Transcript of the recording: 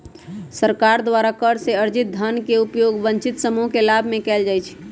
सरकार द्वारा कर से अरजित धन के उपयोग वंचित समूह के लाभ में कयल जाईत् हइ